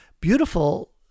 beautiful